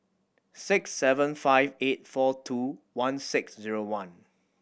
six seven five eight four two one six zero one